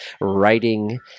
writing